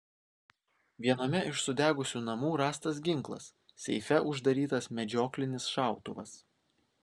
viename iš sudegusių namų rastas ginklas seife uždarytas medžioklinis šautuvas